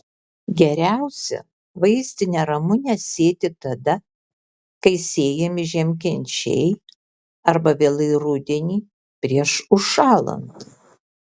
geriausia vaistinę ramunę sėti tada kai sėjami žiemkenčiai arba vėlai rudenį prieš užšąlant